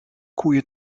koeien